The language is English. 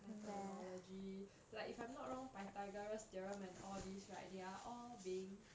methodology like if I'm not wrong pythagoras theorem and all these right they are all being